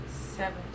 Seven